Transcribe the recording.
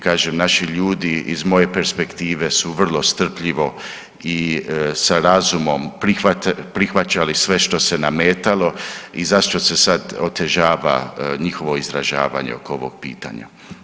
Kažem, naši ljudi iz moje perspektive su vrlo strpljivo i sa razumom prihvaćali sve što se nametalo i zašto se sad otežava njihovo izražavanje oko ovog pitanja.